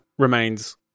remains